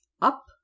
up